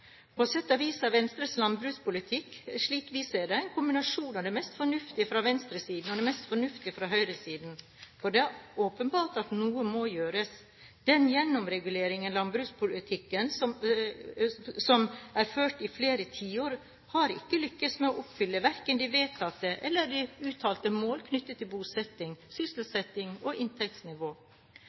På sett og vis er Venstres landbrukspolitikk, slik vi ser det, en kombinasjon av det mest fornuftige fra venstresiden og det mest fornuftige fra høyresiden. For det er åpenbart at noe må gjøres. Den gjennomregulerte landbrukspolitikken som er ført i flere tiår, har ikke lyktes med å oppfylle verken de vedtatte eller de uttalte mål knyttet til bosetting, sysselsetting og inntektsnivå.